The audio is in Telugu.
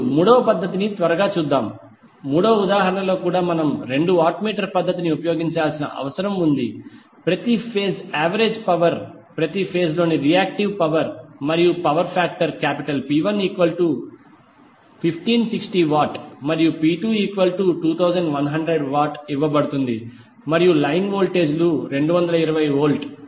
ఇప్పుడు మూడవ పద్ధతిని కూడా త్వరగా చూద్దాం మూడవ ఉదాహరణలో కూడా మనం రెండు వాట్ మీటర్ పద్ధతిని ఉపయోగించాల్సిన అవసరం ఉంది ప్రతి ఫేజ్ యావరేజ్ పవర్ ప్రతి ఫేజ్ లోని రియాక్టివ్ పవర్ మరియు పవర్ ఫాక్టర్ P11560W మరియుP22100W ఇవ్వబడుతుంది మరియు లైన్ వోల్టేజీలు 220 వోల్ట్